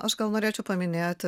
aš gal norėčiau paminėti